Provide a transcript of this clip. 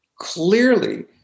clearly